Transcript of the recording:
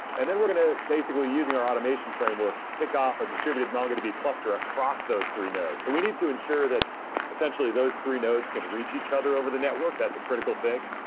and then we're going to, basically using our automation framework, kick off a distributed mongodb cluster across those three nodes. so we need to ensure that essentially those three nodes can reach each other over the network. that's a critical thing.